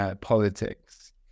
politics